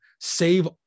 save